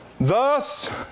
Thus